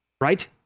right